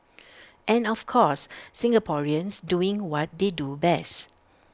and of course Singaporeans doing what they do best